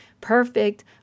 perfect